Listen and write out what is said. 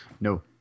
no